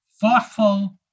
thoughtful